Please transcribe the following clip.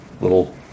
little